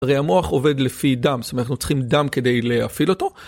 הרי המוח עובד לפי דם, זאת אומרת אנחנו צריכים דם כדי להפעיל אותו.